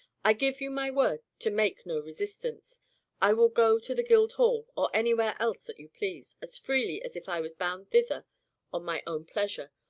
i give you my word to make no resistance i will go to the guildhall, or anywhere else that you please, as freely as if i were bound thither on my own pleasure.